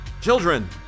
children